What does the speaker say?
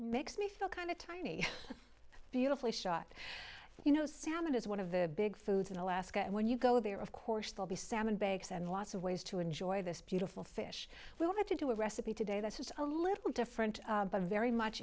makes me feel kind of tiny beautifully shot you know sound is one of the big foods in alaska when you go there of course they'll be salmon banks and lots of ways to enjoy this beautiful fish we want to do a recipe today that's just a little different but very much